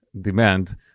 demand